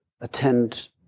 attend